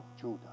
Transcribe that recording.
Judah